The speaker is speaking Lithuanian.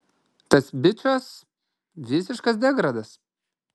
tas bičas visiškas degradas